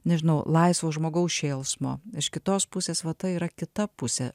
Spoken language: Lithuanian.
nežinau laisvo žmogaus šėlsmo iš kitos pusės vata yra kita pusė